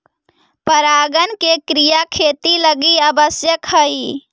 परागण के क्रिया खेती लगी आवश्यक हइ